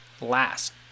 last